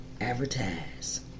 advertise